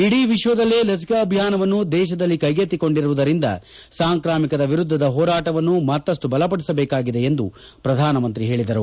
ಇಡೀ ವಿಶ್ವದಲ್ಲೇ ಲಸಿಕಾ ಅಭಿಯಾನವನ್ನು ದೇಶದಲ್ಲಿ ಕೈಗೆತ್ತಿಕೊಂಡಿರುವುದರಿಂದ ಸಾಂಕ್ರಾಮಿಕ ವಿರುದ್ಧದ ಹೋರಾಟವನ್ನು ಮತ್ತಪ್ಪು ಬಲಪಡಿಸಬೇಕಾಗಿದೆ ಎಂದು ಪ್ರಧಾನಮಂತ್ರಿ ಹೇಳಿದರು